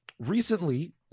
recently